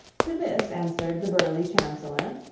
to this answered the burly chancellor,